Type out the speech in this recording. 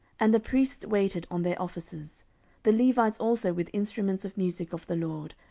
and the priests waited on their offices the levites also with instruments of musick of the lord,